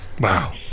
Wow